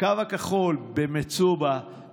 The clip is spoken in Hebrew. הקו הכחול במצובה,